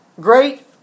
Great